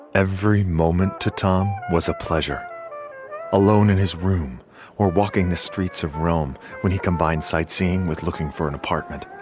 every moment to tom was a pleasure alone in his room or walking the streets of rome when he combined sightseeing with looking for an apartment.